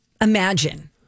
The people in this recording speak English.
imagine